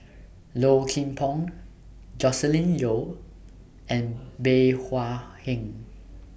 Low Kim Pong Joscelin Yeo and Bey Hua Heng